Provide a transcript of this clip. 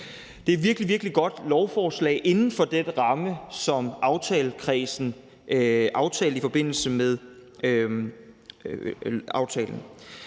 Det er et virkelig, virkelig godt lovforslag inden for den ramme, som aftalekredsen aftalte i forbindelse med aftalen.